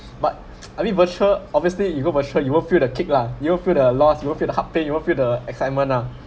but I mean virtual obviously you go virtual you won't feel the kick lah you won't feel the loss you won't feel the heart pain you won't feel the excitement lah